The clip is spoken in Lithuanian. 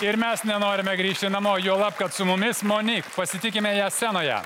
ir mes nenorime grįžti namo juolab kad su mumis monik pasitikime ją scenoje